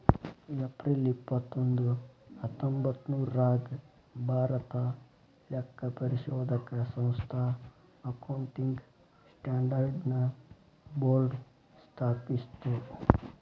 April ಇಪ್ಪತ್ತೊಂದು ಹತ್ತೊಂಭತ್ತ್ನೂರಾಗ್ ಭಾರತಾ ಲೆಕ್ಕಪರಿಶೋಧಕ ಸಂಸ್ಥಾ ಅಕೌಂಟಿಂಗ್ ಸ್ಟ್ಯಾಂಡರ್ಡ್ ನ ಬೋರ್ಡ್ ಸ್ಥಾಪಿಸ್ತು